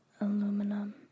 aluminum